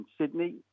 Sydney